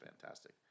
fantastic